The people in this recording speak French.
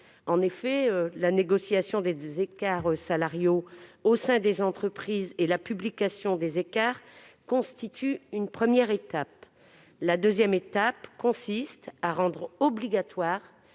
En effet, la négociation des accords salariaux au sein des entreprises et la publication des écarts de rémunération constituent une première étape ; la deuxième étape consiste à rendre obligatoire